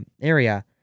area